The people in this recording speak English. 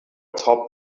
top